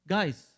Guys